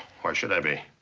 why should i be?